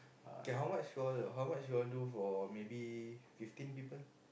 okay how much for how much you all do for maybe fifteen people